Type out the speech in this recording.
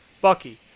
Bucky